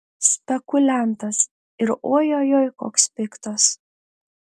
spekuliantas ir ojojoi koks piktas